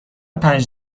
پنج